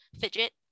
fidget